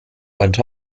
went